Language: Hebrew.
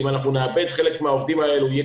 אם אנחנו נאבד חלק מן העובדים האלה יהיה